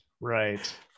right